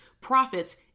profits